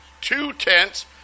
two-tenths